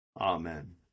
Amen